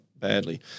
badly